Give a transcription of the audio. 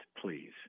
please